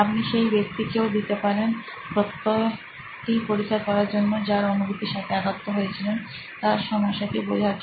আপনি সেই ব্যক্তিকেও দিতে পারেন প্রত্যয় টি পরীক্ষা করার জন্য যার অনুভূতির সাথে একাত্ম হয়েছিলেন তার সমস্যা টি বোঝার জন্য